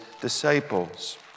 disciples